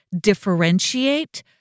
differentiate